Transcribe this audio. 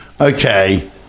Okay